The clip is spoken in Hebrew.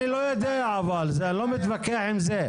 אני לא יודע ואני לא מתווכח עם זה.